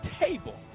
table